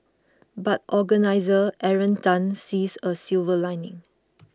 but organiser Aaron Tan sees a silver lining